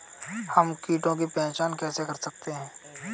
हम कीटों की पहचान कैसे कर सकते हैं?